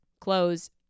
close